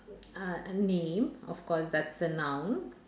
uh a name of course that's a noun